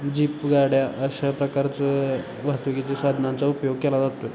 jeep गाड्या अशा प्रकारचं वाहतुकीच्या साधनांचा उपयोग केला जातो आहे